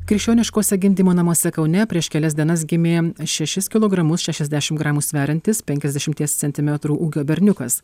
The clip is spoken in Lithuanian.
krikščioniškuose gimdymo namuose kaune prieš kelias dienas gimė šešis kilogramus šešiasdešim gramų sveriantis penkiasdešimies centimetrų ūgio berniukas